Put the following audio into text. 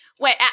Wait